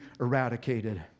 eradicated